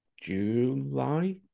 July